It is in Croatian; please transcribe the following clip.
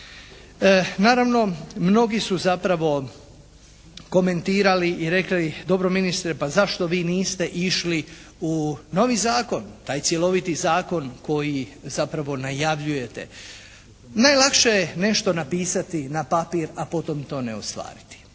Naravno mnogi su zapravo komentirali i rekli dobro ministre pa zašto vi niste išli u novi zakon, taj cjeloviti zakon koji zapravo najavljujete? Najlakše je nešto napisati na papir, a potom to ne ostvariti.